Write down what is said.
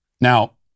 Now